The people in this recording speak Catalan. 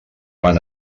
van